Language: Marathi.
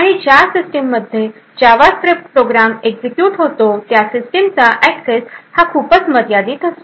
आणि ज्या सिस्टीममध्ये जावास्क्रिप्ट प्रोग्राम एक्झिक्युट होतो त्या सिस्टिमचा ऍक्सेस हा खूपच मर्यादित असतो